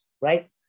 right